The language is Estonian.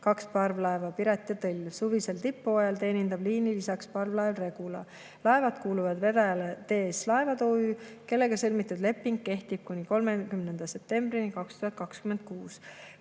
kaks parvlaeva: Piret ja Tõll. Suvisel tipuajal teenindab liini lisaks parvlaev Regula. Laevad kuuluvad vedajale TS Laevad OÜ, kellega sõlmitud leping kehtib kuni 30. septembrini 2026.